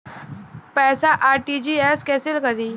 पैसा आर.टी.जी.एस कैसे करी?